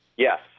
Yes